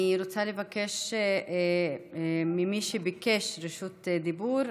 אני רוצה לבקש ממי שביקש רשות דיבור,